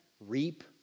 reap